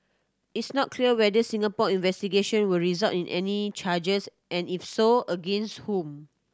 it's not clear whether Singapore investigation will result in any charges and if so against whom